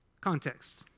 Context